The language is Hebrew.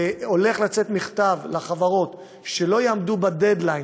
הולך לצאת מכתב לחברות שלא יעמדו בדדליין